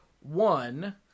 one